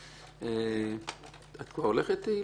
אני מקווה שאנחנו, בעזרת השם,